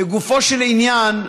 לגופו של עניין,